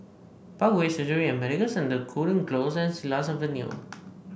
Parkway Surgery and Medical Centre Cooling Close and Silat Avenue